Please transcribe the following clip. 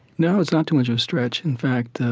no, it's not too much of a stretch. in fact,